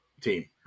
team